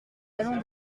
avons